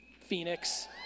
Phoenix